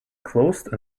closed